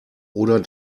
oder